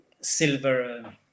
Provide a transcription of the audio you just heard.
silver